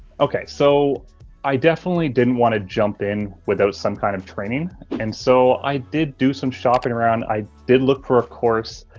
okay, so i definitely didn't want to jump in without some kind of training and so i did do some shopping around. i did look for a course.